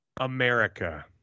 America